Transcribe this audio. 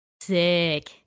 Sick